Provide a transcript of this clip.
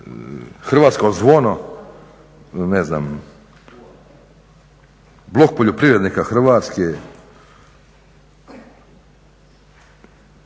Hrvatsko zvono, Blok poljoprivrednika Hrvatske,